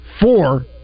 Four